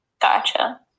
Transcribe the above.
Gotcha